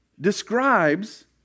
describes